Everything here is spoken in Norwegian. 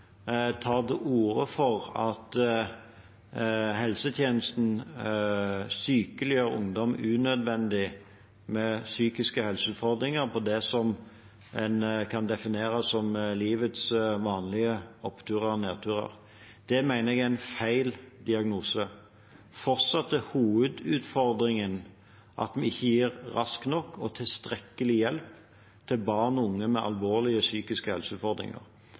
til orde for at helsetjenesten sykeliggjør ungdom unødvendig med hensyn til psykiske helseutfordringer som en kan definere som livets vanlige oppturer og nedturer. Det mener jeg er feil diagnose. Fortsatt er hovedutfordringen at vi ikke gir rask nok og tilstrekkelig hjelp til barn og unge med alvorlige psykiske helseutfordringer.